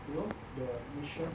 you know the mission